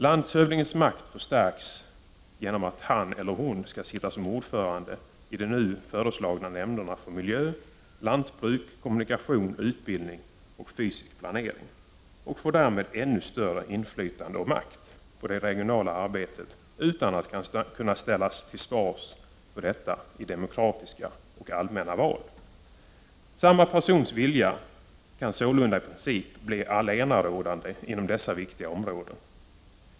Landshövdingens makt förstärks genom att han eller hon skall sitta som ordförande i de nu föreslagna nämnderna för miljö, lantbruk, kommunikation, utbildning och fysisk planering. Landshövdingen får därmed ännu större inflytande och makt över det regionala arbetet utan att kunna ställas till svars för detta i demokratiska och allmänna val. Samma persons vilja kan sålunda i princip bli allenarådande inom dessa viktiga områden.